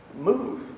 move